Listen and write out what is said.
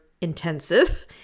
intensive